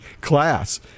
class